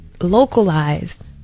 localized